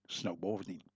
snowboarding